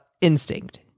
instinct